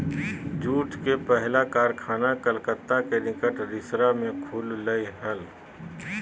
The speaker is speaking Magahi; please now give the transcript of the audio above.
जूट के पहला कारखाना कलकत्ता के निकट रिसरा में खुल लय हल